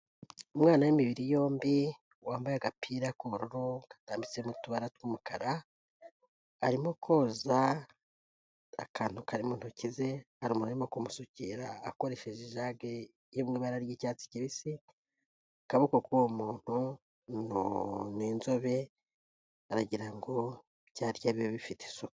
Umwana w'imibiri yombi, wambaye agapira k'ubururu katambitse mu tubara tw'umukara, arimo koza akantu kari mu ntoki ze, hari umuntu urimo kumusukira akoresheje ijage iri mu ibara ry'icyatsi kibisi, akaboko k'uwo muntu ni inzobe, aragira ngo ibyo arya bibe bifite isuku.